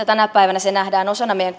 tänä päivänä se nähdään osana meidän